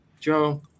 Joe